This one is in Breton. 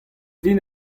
din